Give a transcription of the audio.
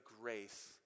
grace